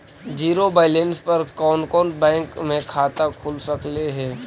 Zero balance पर कोन कोन बैंक में खाता खुल सकले हे?